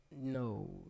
no